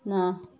ନା